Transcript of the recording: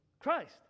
Christ